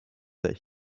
that